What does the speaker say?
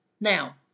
Now